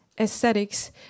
aesthetics